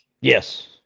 Yes